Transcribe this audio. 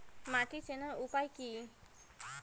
মাটি চেনার উপায় কি?